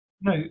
No